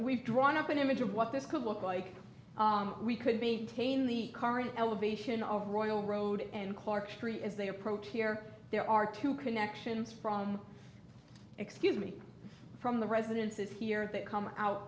we've drawn up an image of what this could look like we could be tane the current elevation of royal road and clark three as they approach here there are two connections from excuse me from the residences here that come out